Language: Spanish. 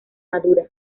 madura